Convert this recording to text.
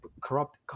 corrupt